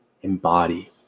embody